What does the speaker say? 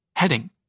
Heading –